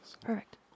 perfect